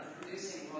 producing